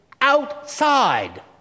outside